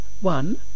One